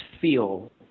feel